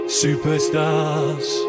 superstars